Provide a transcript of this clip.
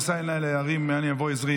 אשא עיני אל ההרים מאין יבא עזרי.